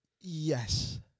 Yes